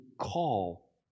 call